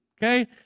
okay